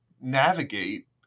navigate